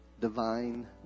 divine